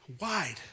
wide